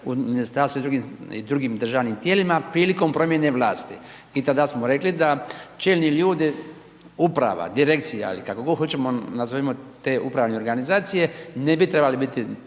u ministarstvu i drugim državnim tijelima prilikom promjene vlasti. I tada smo rekli da čelni ljudi, uprava, direkcija ili kako god hoćemo, nazovimo te upravne organizacije, ne bi trebali biti